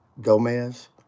gomez